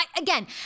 Again